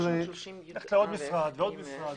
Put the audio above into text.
עוד משרד ועוד משרד.